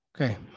Okay